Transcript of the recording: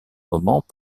moment